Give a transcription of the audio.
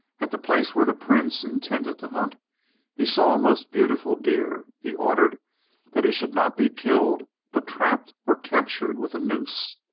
at the place where the prince intended to hunt he saw a most beautiful deer. he ordered that it should not be killed, but trapped or captured with a noose.